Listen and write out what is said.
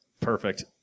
perfect